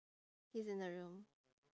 he's in the room